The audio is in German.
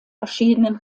verschiedenen